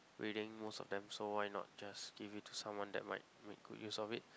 reading most of them so why not just give it to someone that might make good use of it